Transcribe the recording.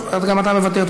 גם אתה מוותר,